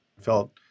felt